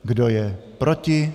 Kdo je proti?